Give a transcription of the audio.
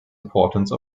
importance